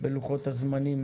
בלוחות הזמנים